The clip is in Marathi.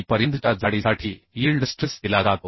पर्यंतच्या जाडीसाठी यील्ड स्ट्रेस दिला जातो